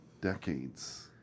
decades